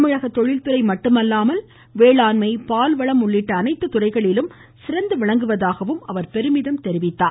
தமிழகம் தொழில்துறை மட்டுமல்லாமல் வேளாண்மை பால்வளம் உள்ளிட்ட அனைத்து துறைகளிலும் சிறந்து விளங்குவதாகவும் அவர் பெருமிதம் தெரிவித்தார்